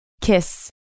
kiss